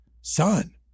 son